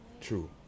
true